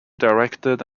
directed